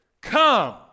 Come